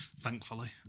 thankfully